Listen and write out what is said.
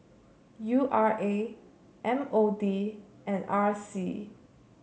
U R A M O D and R C